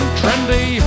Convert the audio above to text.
trendy